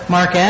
Mark